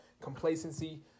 complacency